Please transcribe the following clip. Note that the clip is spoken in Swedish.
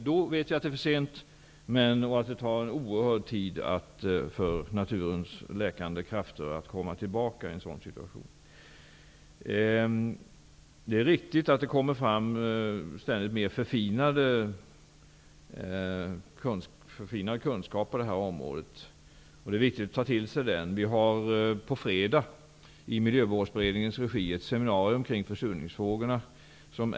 Då vet vi att det är för sent, och det tar en oerhörd tid för naturens läkande krafter att komma tillbaka. Det är riktigt att det ständigt kommer fram mer förfinad kunskap på det här området, och det är viktigt att ta till sig den. På fredag anordnas i miljövårdsberedningens regi ett seminarium kring försurningsfrågorna.